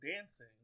dancing